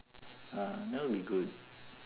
ah now we good